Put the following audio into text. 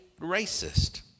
racist